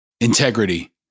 integrity